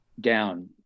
down